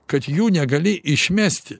kad jų negali išmesti